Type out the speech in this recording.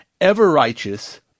ever-righteous